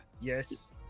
yes